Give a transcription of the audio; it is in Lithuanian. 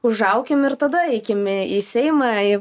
užaukim ir tada eikime į seimą